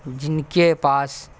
جن کے پاس